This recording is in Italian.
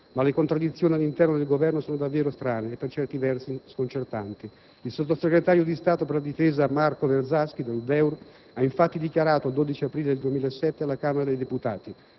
Ma le contraddizioni all'interno del Governo sono davvero strane e, per certi versi, sconcertanti. Il sottosegretario di stato alla difesa Marco Verzaschi, dell'Udeur, ha infatti dichiarato, il 12 aprile 2007 alla Camera dei deputati: